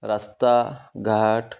ରାସ୍ତାଘାଟ